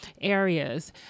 areas